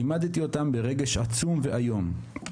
לימדתי אותם ברגש עצום ואיום,